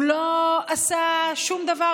הוא לא עשה שום דבר.